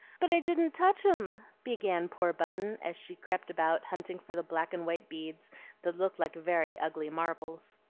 but i didn't touch em, began poor button, as she crept about hunting for the black and white beads that looked like very ugly marbles.